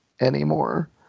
anymore